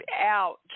out